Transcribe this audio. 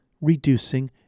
reducing